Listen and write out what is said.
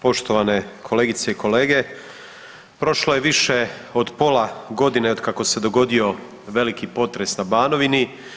Poštovane kolegice i kolege, prošlo je više od pola godine otkako se dogodio veliki potres na Banovini.